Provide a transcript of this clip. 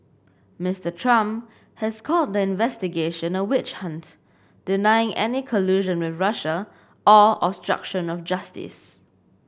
Mister Trump has called the investigation a witch hunt denying any collusion with Russia or obstruction of justice